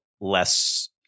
less